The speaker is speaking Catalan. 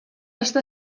està